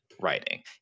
writing